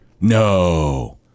No